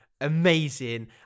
amazing